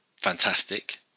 fantastic